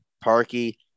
Parky